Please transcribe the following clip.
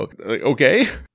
Okay